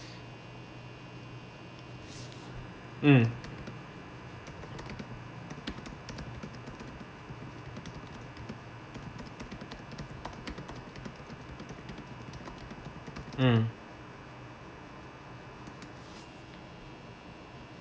mm mm